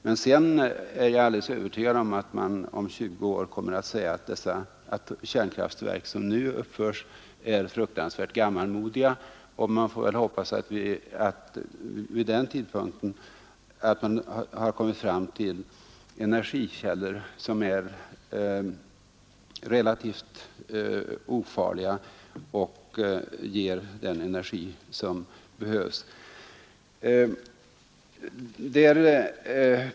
Men jag är helt övertygad om att man om 20 år kommer att säga att de kärnkraftverk som nu uppförs är fruktansvärt gammalmodiga, och vi får väl hoppas att man vid den tidpunkten har kommit fram till energikällor som är helt säkra i alla avseenden och ger den energi som behövs.